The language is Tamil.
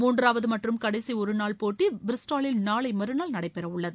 மூன்றாவது மற்றும் கடைசி ஒருநாள் போட்டி பிரிஸ்டாலில் நாளை மறுநாள் நடைபெறவுள்ளது